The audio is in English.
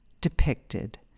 depicted